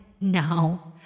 now